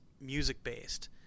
music-based